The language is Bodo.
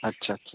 आच्चा आच्चा